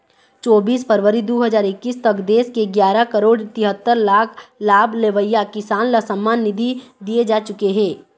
चोबीस फरवरी दू हजार एक्कीस तक देश के गियारा करोड़ तिहत्तर लाख लाभ लेवइया किसान ल सम्मान निधि दिए जा चुके हे